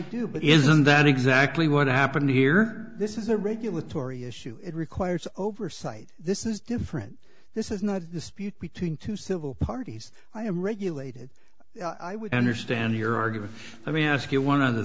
do but isn't that exactly what happened here this is a regulatory issue it requires oversight this is different this is not a dispute between two civil parties i am regulated i would understand your argument i mean ask you one other